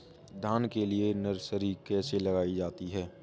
धान के लिए नर्सरी कैसे लगाई जाती है?